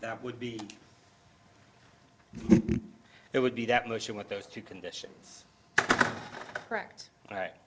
that would be it would be that much of what those two conditions cracked right